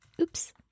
Oops